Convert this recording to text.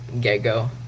get-go